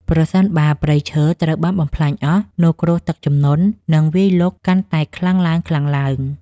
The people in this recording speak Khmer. ប្រសិនបើព្រៃឈើត្រូវបានបំផ្លាញអស់ នោះគ្រោះទឹកជំនន់នឹងវាយលុកកាន់តែខ្លាំងឡើងៗ។